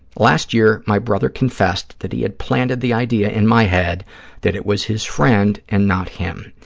last year, my brother confessed that he had planted the idea in my head that it was his friend and not him.